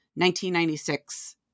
1996